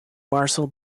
marcel